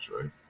right